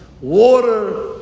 water